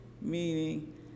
Meaning